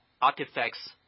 artifacts